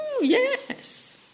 yes